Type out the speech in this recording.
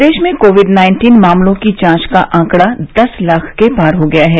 प्रदेश में Covid nineteen मामलों की जांच का आंकड़ा दस लाख के पार हो गया है